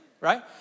right